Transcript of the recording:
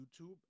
YouTube